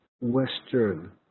Western